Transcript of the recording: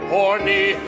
horny